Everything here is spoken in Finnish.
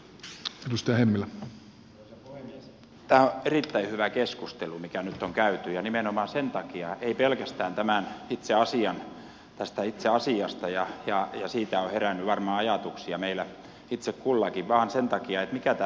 tämä on erittäin hyvä keskustelu mikä nyt on käyty ja nimenomaan sen takia ei pelkästään tästä itse asiasta siitä on herännyt varmaan ajatuksia meillä itse kullakin vaan sen takia että mikä tämä meidän järjestelmämme on